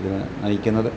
ഇതിനെ നയിക്കുന്നത്